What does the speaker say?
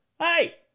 Hey